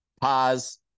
pause